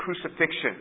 crucifixion